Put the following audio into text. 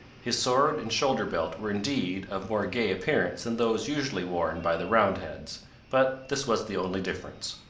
his sword and shoulder-belt were indeed of more gay appearance than those usually worn by the roundheads but this was the only difference.